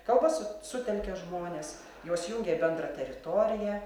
kalba su sutelkia žmones juos jungia bendra teritorija